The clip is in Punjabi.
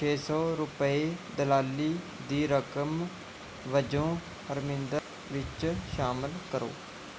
ਛੇ ਸੌ ਰੁਪਏ ਦਲਾਲੀ ਦੀ ਰਕਮ ਵਜੋਂ ਹਰਮਿੰਦਰ ਵਿੱਚ ਸ਼ਾਮਿਲ ਕਰੋ